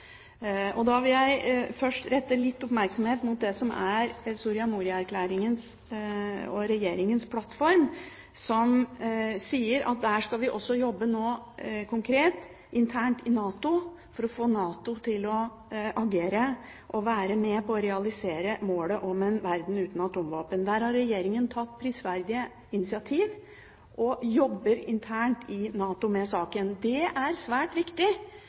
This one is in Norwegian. vil først rette litt oppmerksomhet mot Soria Moria-erklæringen, Regjeringens plattform, som sier at vi også skal jobbe konkret internt i NATO, for å få NATO til å agere og være med på å realisere målet om en verden uten atomvåpen. Regjeringen har tatt prisverdige initiativ og jobber internt i NATO med saken. Det er svært viktig